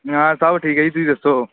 ਹਾਂ ਸਭ ਠੀਕ ਹੈ ਜੀ ਤੁਸੀਂ ਦੱਸੋ